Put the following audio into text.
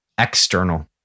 external